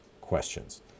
questions